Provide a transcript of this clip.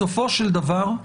בסופו של דבר,